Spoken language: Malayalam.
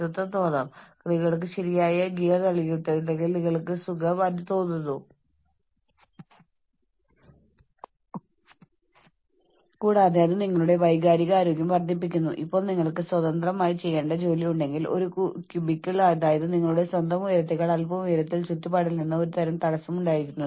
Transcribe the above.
അതിനാൽ നിങ്ങൾക്ക് നിർദേശങ്ങൾ ഇഷ്ടമാണെങ്കിൽ നിങ്ങളോട് എന്തുചെയ്യണം എന്ന് പറയുന്നത് ഇഷ്ടപ്പെടുന്നെങ്കിൽ നിങ്ങൾക്ക് ഘട്ടം ഘട്ടമായുള്ള നിർദ്ദേശങ്ങൾ നൽകപ്പെടാൻ നിങ്ങൾ ആഗ്രഹിക്കുന്നുവെങ്കിൽ നിങ്ങൾക്കറിയാം നിങ്ങളെ ഒരു റോളിൽ ഉൾപ്പെടുത്തുക്കയും അവിടെ നിങ്ങളോട് ക്രിയാത്മകമായി ചിന്തിക്കാനും നിങ്ങളുടെ സ്വന്തം പരിഹാരങ്ങൾ സൃഷ്ടിക്കാനും ആവശ്യപ്പെടുകയും ചെയ്താൽ നിങ്ങൾക്ക് അതിനെക്കുറിച്ച് വളരെ അസ്വസ്ഥത അനുഭവപ്പെടും